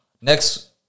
next